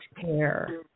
care